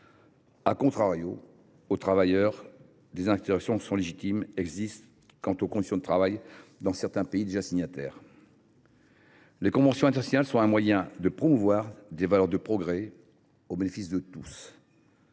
protection aux travailleurs de notre pays., des interrogations légitimes existent quant aux conditions de travail prévalant dans certains pays déjà signataires. Les conventions internationales sont un moyen de promouvoir des valeurs de progrès au bénéfice de tous.